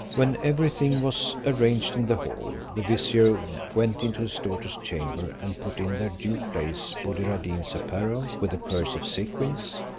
when every thing was arranged in the hall, the vizier went into his daughter's chamber and put in their due place buddir ad deen's apparel, with the purse of sequins.